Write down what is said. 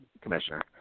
commissioner